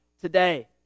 today